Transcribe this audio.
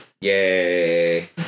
Yay